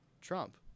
Trump